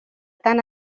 tant